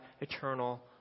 eternal